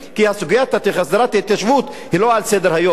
כי סוגיית הסדרת ההתיישבות היא לא על סדר-היום.